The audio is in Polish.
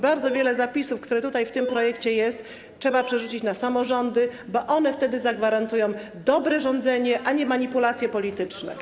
Bardzo wiele zapisów, które są zawarte w tym projekcie, trzeba przerzucić na samorządy, bo one zagwarantują dobre rządzenie, a nie manipulacje polityczne.